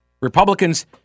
republicans